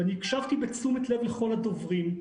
אני הקשבתי בתשומת לב לכל הדוברים.